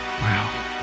wow